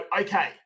okay